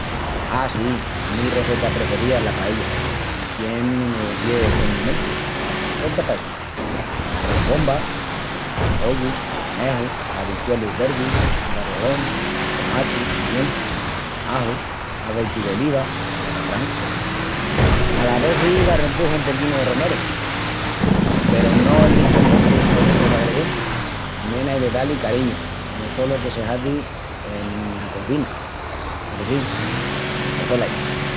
A, sí, la mi rezeta prefería es la paella, i tien unus dies condimentus. Aponta paí: arrós bomba, pollu, coneju, habichuelus verdis, garrohón, tomati, pimientu, aju, azeiti d'oliva i açafrán. Alas vezis l'arrempuju un poquinu de romeru. Peru no es liquiamenti el ponel los agredientis. Tamién ai de da-li cariñu comu tolo que se hazi una cozina, a que sí? Pos velaí!